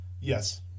Yes